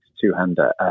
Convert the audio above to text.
two-hander